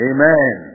Amen